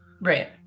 right